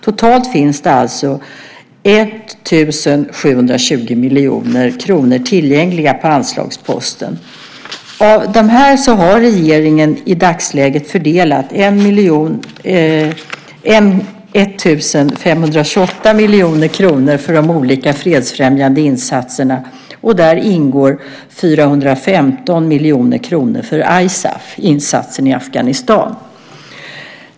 Totalt finns det alltså ca 1 720 miljoner kronor tillgängligt på anslagsposten. Av dessa har regeringen i dagsläget fördelat 1 528 miljoner kronor för olika fredsfrämjande insatser, inklusive 415 miljoner kronor för ISAF, insatsen i Afghanistan.